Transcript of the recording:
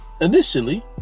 initially